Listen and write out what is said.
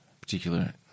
particular